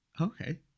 Okay